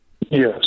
yes